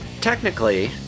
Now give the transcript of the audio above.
technically